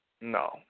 no